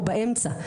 או באמצע.